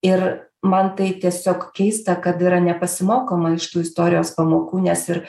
ir man tai tiesiog keista kad yra nepasimokoma iš tų istorijos pamokų nes ir